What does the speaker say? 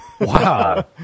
Wow